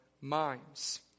minds